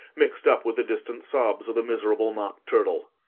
mixed up with the distant sobs of the miserable mock turtle.